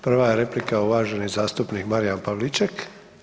Prva je replika uvaženi zastupnik Marijan Pavliček.